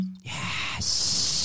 Yes